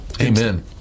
Amen